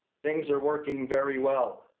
things are working very well.